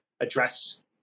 address